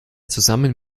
zusammen